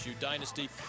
dynasty